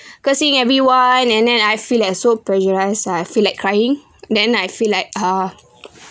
cursing everyone and then I feel like so pressurize I feel like crying then I feel like ah